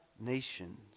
nations